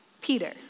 Peter